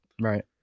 Right